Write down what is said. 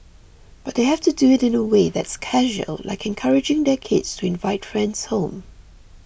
but they have to do it in a way that's casual like encouraging their kids to invite friends home